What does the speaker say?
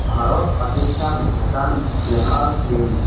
ভাৰত পাকিস্তান ভূটান নেপাল চীন